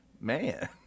man